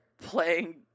playing